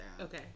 Okay